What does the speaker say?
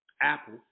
Apple